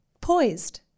poised